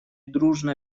дружно